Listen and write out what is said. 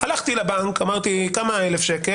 הלכתי לבנק ואמרתי: כמה זה 1,000 ש"ח?